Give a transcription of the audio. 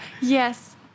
Yes